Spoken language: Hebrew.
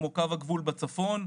כמו קו הגבול בצפון,